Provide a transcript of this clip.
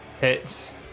hits